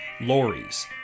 lorries